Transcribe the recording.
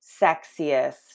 sexiest